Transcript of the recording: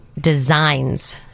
Designs